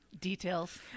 Details